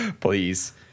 please